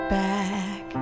back